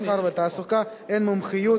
המסחר והתעסוקה אין המומחיות,